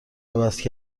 عوض